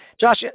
Josh